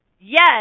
Yes